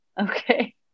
okay